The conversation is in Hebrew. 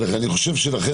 אני חושב שבדוחות